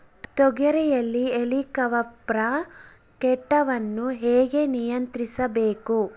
ತೋಗರಿಯಲ್ಲಿ ಹೇಲಿಕವರ್ಪ ಕೇಟವನ್ನು ಹೇಗೆ ನಿಯಂತ್ರಿಸಬೇಕು?